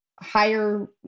higher